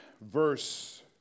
verse